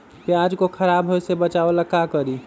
प्याज को खराब होय से बचाव ला का करी?